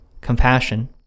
Compassion